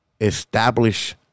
establish